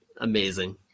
amazing